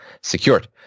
secured